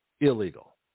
illegal